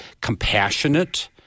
compassionate